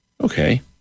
Okay